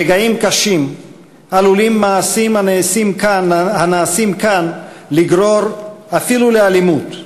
ברגעים קשים עלולים מעשים הנעשים כאן לגרור אפילו אלימות.